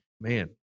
Man